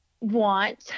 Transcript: want